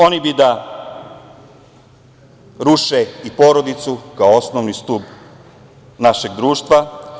Oni bi da ruše i porodicu kao osnovni stub našeg društva.